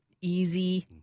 easy